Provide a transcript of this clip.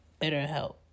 BetterHelp